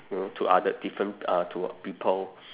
you know to other different uh to people